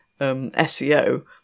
SEO